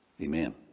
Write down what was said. Amen